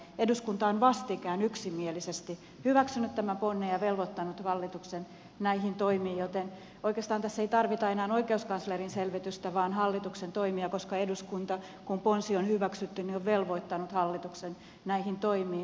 eduskunta on vastikään yksimielisesti hyväksynyt tämän ponnen ja velvoittanut hallituksen näihin toimiin joten oikeastaan tässä ei tarvita enää oikeuskanslerin selvitystä vaan hallituksen toimia koska eduskunta kun ponsi on hyväksytty on velvoittanut hallituksen näihin toimiin